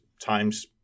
times